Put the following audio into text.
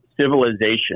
civilization